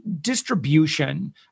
distribution